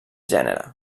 gènere